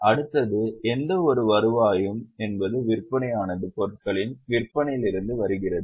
அடுத்தது எந்தவொரு வருவாயும் என்பது பொருட்களின் விற்பனையிலிருந்து வருகிறது